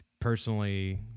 personally